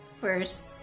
first